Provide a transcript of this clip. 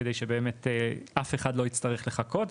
כדי שבאמת אף אחד לא יצטרך לחכות,